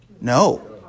No